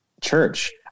church